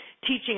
teaching